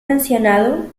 mencionado